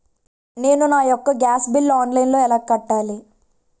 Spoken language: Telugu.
నేను నా యెక్క గ్యాస్ బిల్లు ఆన్లైన్లో ఎలా కట్టాలి?